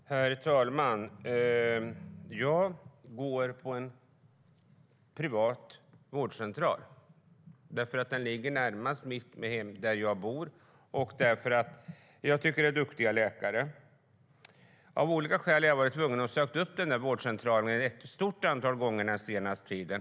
Herr talman! Jag går till en privat vårdcentral därför att den ligger närmast mitt hem och därför att jag tycker att det finns duktiga läkare där. Av olika skäl har jag varit tvungen att söka upp denna vårdcentral ett stort antal gånger den senaste tiden.